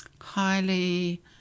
highly